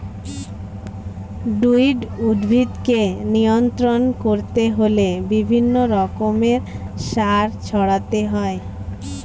weed উদ্ভিদকে নিয়ন্ত্রণ করতে হলে বিভিন্ন রকমের সার ছড়াতে হয়